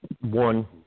one